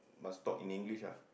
must talk in English lah